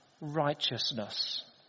righteousness